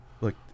Look